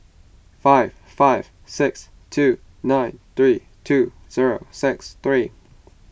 five five six two nine three two zero six three